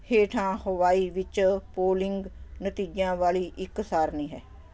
ਹੇਠਾਂ ਹਵਾਈ ਵਿੱਚ ਪੋਲਿੰਗ ਨਤੀਜਿਆਂ ਵਾਲੀ ਇੱਕ ਸਾਰਨੀ ਹੈ